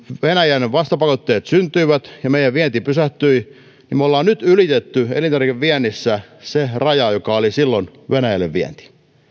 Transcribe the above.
venäjän vastapakotteet syntyivät ja meidän vientimme pysähtyi me olemme nyt ylittäneet elintarvikeviennissä sen rajan joka oli silloin kun venäjälle vietiin